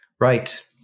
Right